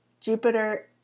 Jupiter